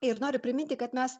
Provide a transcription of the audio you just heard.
ir noriu priminti kad mes